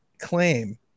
claim